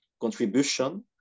contribution